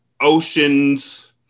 Ocean's